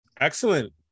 Excellent